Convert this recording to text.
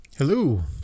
Hello